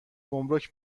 گمرک